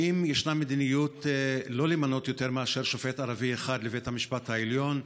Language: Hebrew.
האם ישנה מדיניות שלא למנות יותר מאשר שופט ערבי אחד לבית המשפט העליון?